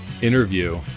interview